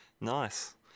nice